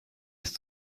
ist